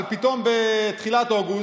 אבל פתאום בתחילת אוגוסט,